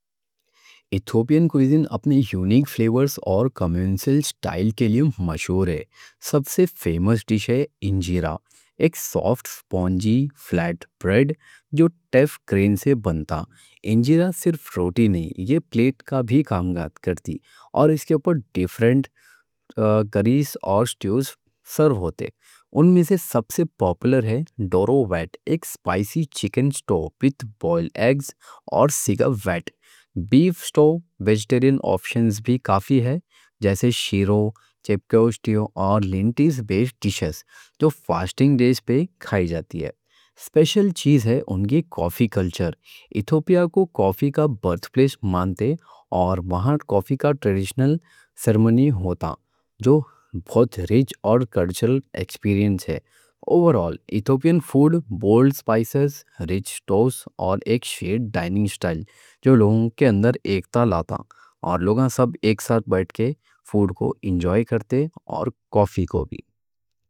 ایتھوپیَن کُوزین اپنے یونیک فلیورز اور کمیونل اسٹائل کے لیے مشہور ہے۔ سب سے فیمس ڈِش ہے انجیرا، ایک سوفٹ اسپونجی فلیٹ بریڈ جو ٹیف گرین سے بنتا۔ انجیرا صرف روٹی نئیں، یہ پلیٹ کا بھی کام کرتی اور اس کے پر مختلف سرو ہوتے ہیں۔ ان میں سے سب سے پاپولر ہے دورو وٹ، ایک اسپائسی چکن اسٹو وِد بوئلڈ ایگز اور سیگا وٹ۔ بیف اسٹو کے علاوہ ویجیٹرین آپشنز بھی کافی ہیں، جیسے شیرو، چِک پی اسٹو اور لینٹِلز بیسڈ ڈِشز جو فاسٹنگ ڈیز پہ کھائی جاتی ہیں۔ سپیشل چیز ہے ان کا کافی کلچر، ایتھوپیا کو کافی کا برتھ پلیس مانتے اور وہاں کافی کا ٹریڈیشنل سرمنی ہوتا جو بہت رِچ اور کلچرل ایکسپیرینس ہے۔ اوورال ایتھوپیَن فوڈ بولڈ سپائسز، رِچ ٹونز اور ایک شیئرڈ ڈائننگ اسٹائل، جو لوگاں کے اندر ایک تالاتا، اور لوگاں سب ایک ساتھ بیٹھ کے فوڈ کو انجوائے کرتے اور کافی کو بھی پیتے۔